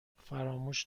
فراموش